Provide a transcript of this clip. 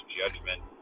judgment